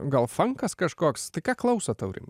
gal funkas kažkoks tai ką klausot aurimai